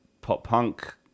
pop-punk